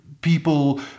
People